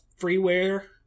freeware